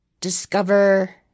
discover